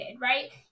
right